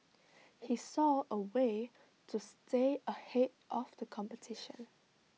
he saw A way to stay ahead of the competition